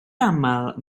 aml